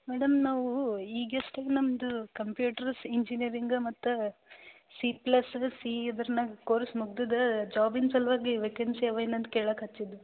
madam ನಾವೂ ಈಗಷ್ಟೇ ನಮ್ದು ಕಂಪ್ಯೂಟರ್ಸ್ ಇಂಜೀನಿಯರಿಂಗ್ ಮತ್ತು ಸಿ ಪ್ಲಸ್ ಸಿ ಇದ್ರನಾಗ ಕೋರ್ಸ್ ಮುಗ್ದಿದೆ ಜಾಬಿನ ಸಲುವಾಗಿ ವೇಕೆನ್ಸಿ ಅವೇನು ಅಂತ ಕೇಳೋಕೆ ಹತ್ತೀನಿರಿ